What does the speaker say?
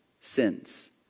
sins